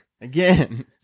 Again